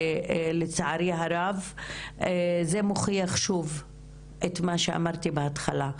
שלצערי הרב זה מוכיח שוב את מה שאמרתי בהתחלה.